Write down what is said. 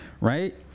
right